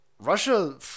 Russia